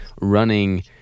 running